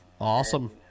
Awesome